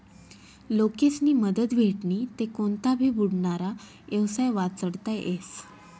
लोकेस्नी मदत भेटनी ते कोनता भी बुडनारा येवसाय वाचडता येस